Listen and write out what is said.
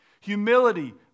Humility